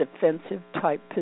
defensive-type